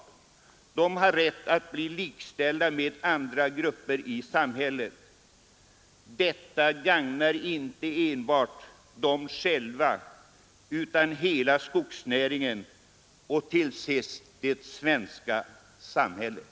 Han har rätt att bli likställd med andra grupper i samhället. Detta gagnar inte enbart skogsarbetarna själva utan hela skogsnäringen och till sist det svenska samhället.